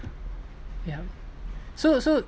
ya so so